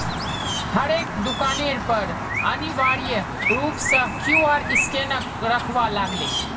हरेक दुकानेर पर अनिवार्य रूप स क्यूआर स्कैनक रखवा लाग ले